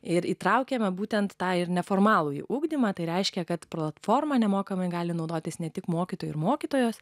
ir įtraukiame būtent tą ir neformalųjį ugdymą tai reiškia kad platforma nemokamai gali naudotis ne tik mokytojų ir mokytojos